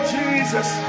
Jesus